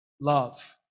love